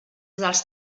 dels